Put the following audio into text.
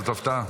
זאת הפתעה.